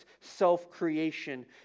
self-creation